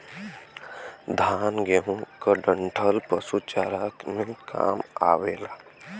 धान, गेंहू क डंठल पशु चारा में काम आवेला